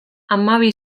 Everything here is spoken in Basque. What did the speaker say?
hamabi